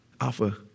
alpha